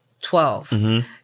twelve